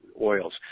oils